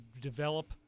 develop